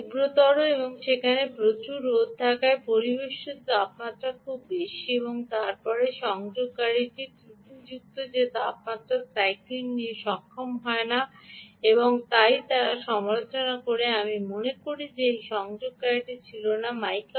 দিনটি তীব্রতর এবং সেখানে প্রচুর রোদ থাকায় পরিবেষ্টিত তাপমাত্রা খুব বেশি এবং এরপরে সংযোগকারীটি ত্রুটিযুক্ত যে তাপমাত্রা সাইক্লিং নিতে সক্ষম হয় না এবং তাই তারা সমালোচনা করে আমি মনে করি যে আমি সংযোগকারীটি ছিল না